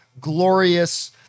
glorious